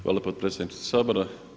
Hvala potpredsjednice Sabora.